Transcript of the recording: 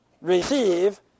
receive